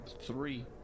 Three